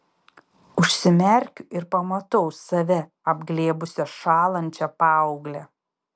užsimerkiu ir pamatau save apglėbusią šąlančią paauglę